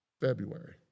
February